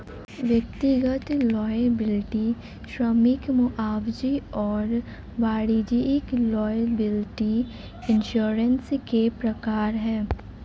व्यक्तिगत लॉयबिलटी श्रमिक मुआवजा और वाणिज्यिक लॉयबिलटी इंश्योरेंस के प्रकार हैं